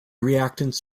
reactants